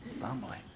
family